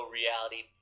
reality